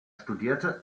studierte